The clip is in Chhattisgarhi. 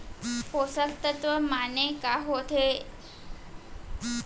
पोसक तत्व माने का होथे?